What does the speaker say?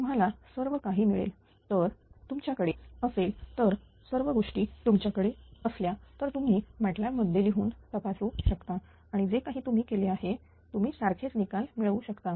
तुम्हाला सर्व काही मिळेल तर जर तुमच्याकडे असेल या सर्व गोष्टी तुमच्याकडे असतील तर तुम्ही MATLAB मध्ये लिहून तपासू शकता आणि जे काही तुम्ही केले आहे तुम्ही सारखेच निकाल मिळू शकता